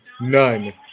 none